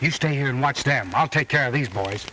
you stay here and watch them all take care of these boys